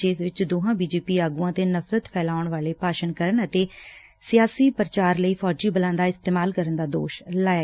ਜਿਸ ਵਿਚ ਦੋਵਾਂ ਬੀਜੇਪੀ ਆਗੁਆਂ ਤੇ ਨਫ਼ਰਤ ਫਲਾਉਣ ਵਾਲੇ ਭਾਸ਼ਣ ਕਰਨ ਅਤੇ ਸਿਆਸੀ ਪੂਚਾਰ ਲਈ ਫੌਜੀ ਬਲਾਂ ਦਾ ਇਸਤੇਮਾਲ ਕਰਨ ਦਾ ਦੋਸ਼ ਲਾਇਆ